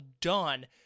done